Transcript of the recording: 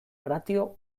ratio